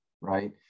right